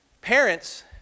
Parents